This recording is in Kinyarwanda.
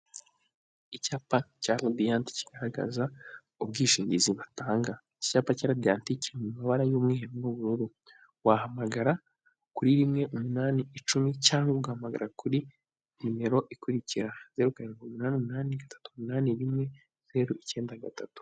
Icyapa cya radiyanti kigaragaza ubwishingizi batanga, icyapa cya radiyanti kiri mu mabara y'umweru n'ubururu wahamagara kuri rimwe umunani icumi, cyangwa ugahamagara kuri nimero ikurikira zeru karindwi, umunani umunani, gatatu umunani rimwe, zeru umunani gatatu.